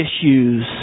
issues